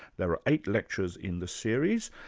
there are eight lectures in the series,